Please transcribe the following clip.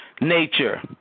nature